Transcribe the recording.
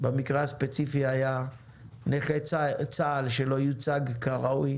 במקרה הספציפי היה נכה צה"ל שלא יוצג כראוי